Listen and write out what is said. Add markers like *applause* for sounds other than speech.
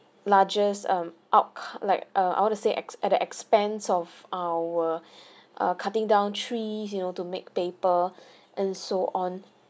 largest um outcome like err I want to say ex at the expense of our *breath* err cutting down trees you know to make paper and so on